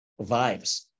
vibes